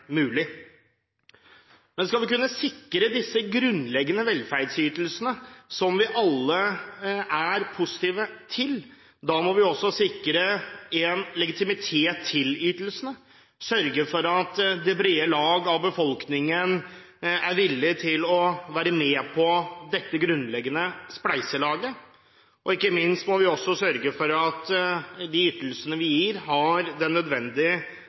mulig. Men skal vi kunne sikre disse grunnleggende velferdsytelsene, som vi alle er positive til, må vi også sikre en legitimitet til ytelsene og sørge for at det brede lag av befolkningen er villig til å være med på dette grunnleggende spleiselaget. Vi må, ikke minst, sørge for at de ytelsene vi gir, har den